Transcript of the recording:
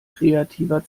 kreativer